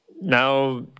now